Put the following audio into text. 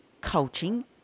coaching